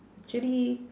actually